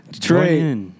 Trey